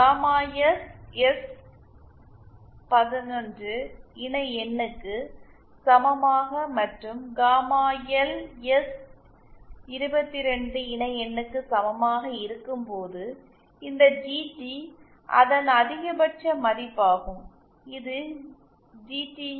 gamma S எஸ்11 இணைஎண்ணுக்கு சமமாக மற்றும் காமா எல் எஸ்22 இணைஎண்ணுக்கு சமமாக இருக்கும்போது இந்த ஜிடி அதன் அதிகபட்ச மதிப்பாகும் இது ஜி